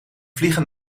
vliegen